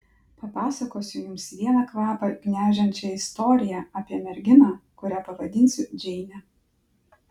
papasakosiu jums vieną kvapą gniaužiančią istoriją apie merginą kurią pavadinsiu džeine